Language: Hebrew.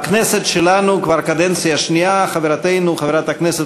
בכנסת שלנו כבר קדנציה שנייה חברת הכנסת